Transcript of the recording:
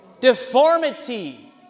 Deformity